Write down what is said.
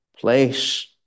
place